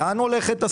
לאן הולכת השירות?